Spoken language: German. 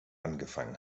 angefangen